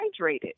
hydrated